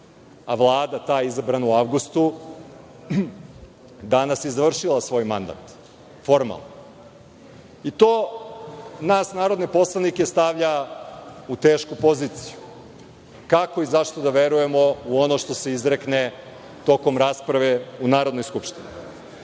Vlada, ta izabrana u avgustu, danas je završila svoj mandat, formalno. To nas narodne poslanike stavlja u tešku poziciju, kako i zašto da verujemo u ono što se izrekne tokom rasprave u Narodnoj skupštini. Kada